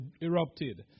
erupted